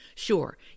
Sure